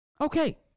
Okay